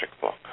book